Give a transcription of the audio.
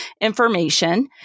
information